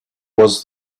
was